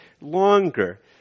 longer